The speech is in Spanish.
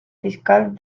fiscal